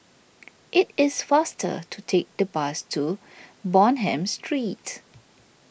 it is faster to take the bus to Bonham Street